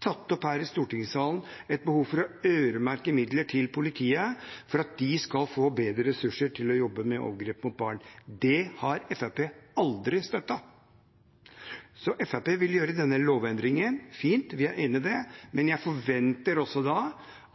tatt opp her i stortingssalen et behov for å øremerke midler til politiet for at de skal få bedre ressurser til å jobbe med overgrep mot barn. Det har Fremskrittspartiet aldri støttet. Fremskrittspartiet vil gjøre denne lovendringen – fint, vi er enig i den. Men da forventer jeg